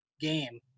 game